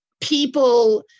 people